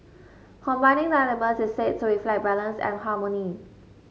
combining the elements is said to reflect balance and harmony